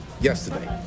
Yesterday